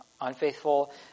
unfaithful